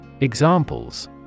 Examples